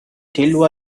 تلو